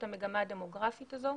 את המגמה הדמוגרפית הזאת,